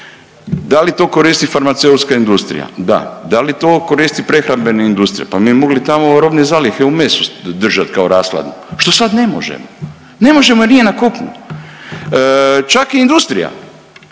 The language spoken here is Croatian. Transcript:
Da li to koristi farmaceutska industrija, da. Da li to koristi prehrambena industrija, pa mi bi mogli tamo robne zalihe u mesu držat kao rashladno, što sad ne možemo, ne možemo jer nije na kopnu. Čak i industrija